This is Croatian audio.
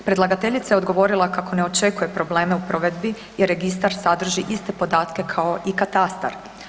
Predlagateljica je odgovorila kako ne očekuje probleme u provedbi jer registar sadrži iste podatke kao i katastar.